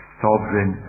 sovereign